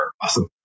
Awesome